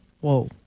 Whoa